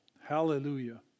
Hallelujah